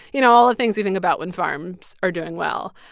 you know, all the things you think about when farms are doing well.